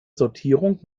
sortierung